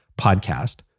podcast